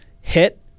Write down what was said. hit